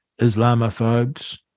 Islamophobes